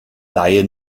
laie